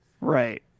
right